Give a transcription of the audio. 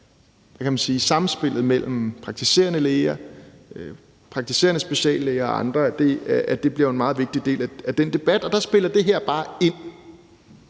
samspillet mellem praktiserende læger, praktiserende speciallæger og andre bliver en meget vigtig del af den debat, og der spiller det her bare ind.